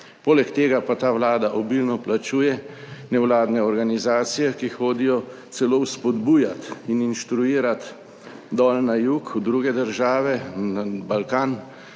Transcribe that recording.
(nadaljevanje) obilno plačuje nevladne organizacije, ki hodijo celo vzpodbujati in inštruirati dol na jug, v druge države, na Balkan,